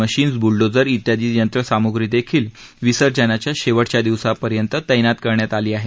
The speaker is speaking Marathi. मशिन्स बुलडोझर त्यादी यंत्रसामुग्रीदेखील विसर्जनाच्या शेवटच्या दिवसापर्यंत तैनात करण्यात आली आहे